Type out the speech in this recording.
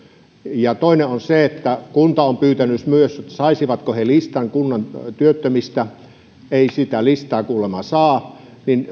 ja toinen on se että kunta on pyytänyt myös saisivatko he listan kunnan työttömistä ei sitä listaa kuulemma saa